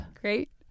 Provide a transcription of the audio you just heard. Great